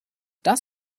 das